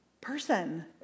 person